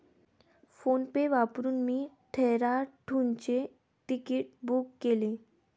PhonePe वापरून मी डेहराडूनचे तिकीट बुक केले